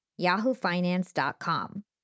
yahoofinance.com